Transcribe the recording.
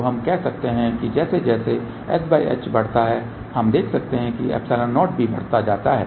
तो हम कह सकते हैं कि जैसे जैसे sh बढ़ता है हम देख सकते हैं कि ε0 भी बढ़ता है